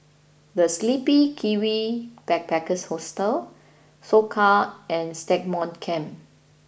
The Sleepy Kiwi Backpackers Hostel Soka and Stagmont Camp